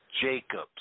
Jacobs